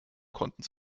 konnten